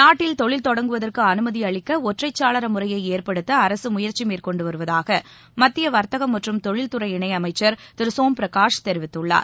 நாட்டில் தொழில் தொடங்குவதற்கு அனுமதி அளிக்க ஒற்றை சாளர முறையை ஏற்படுத்த அரசு முயற்சி மேற்கொண்டு வருவதாக மத்திய வர்த்தகம் மற்றும் தொழில்துறை இணையமைச்சர் திரு சோம் பிரகாஷ் தெரிவித்துள்ளார்